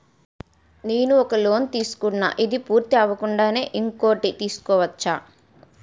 నేను ఒక లోన్ తీసుకున్న, ఇది పూర్తి అవ్వకుండానే ఇంకోటి తీసుకోవచ్చా?